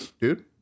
dude